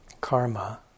karma